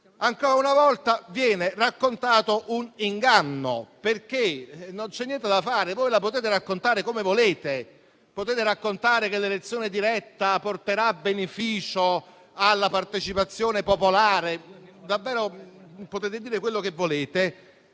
Ancora una volta viene raccontato un inganno; non c'è niente da fare e voi la potete raccontare come volete. Potete raccontare che l'elezione diretta porterà beneficio alla partecipazione popolare - davvero potete dire quello che volete